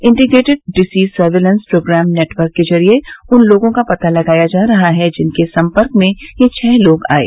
integrated disease surveillance program network के जरिये उन लोगों का पता लगाया जा रहा है जिनके सम्पर्क में ये छह लोग आये